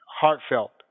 heartfelt